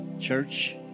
Church